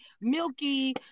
Milky